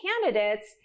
candidates